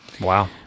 Wow